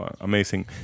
amazing